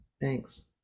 Thanks